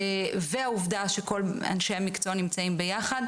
והעובדה שכל אנשי המקצוע נמצאים ביחד,